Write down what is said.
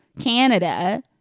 Canada